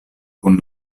kun